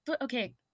Okay